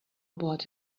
about